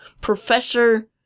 Professor